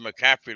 McCaffrey